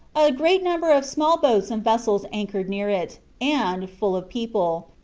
a great number of small boats and vessels anchored near it, and, full of people,